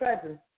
presence